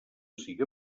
siga